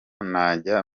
najya